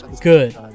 good